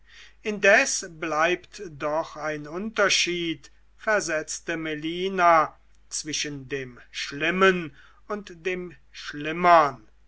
indes bleibt doch ein unterschied versetzte melina zwischen dem schlimmen und dem schlimmern